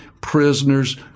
prisoners